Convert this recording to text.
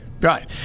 Right